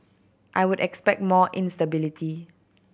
I would expect more instability